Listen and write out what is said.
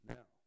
Now